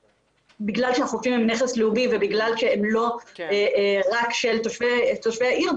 בגלל שהחופים הם נכס לאומי ובגלל שהם לא רק של תושבי העיר.